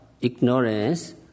ignorance